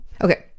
Okay